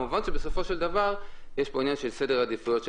כמובן שבסוף יש פה עניין של סדר עדיפויות של